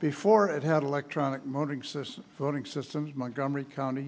before it had electronic monitoring system voting systems montgomery county